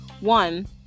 one